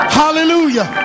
hallelujah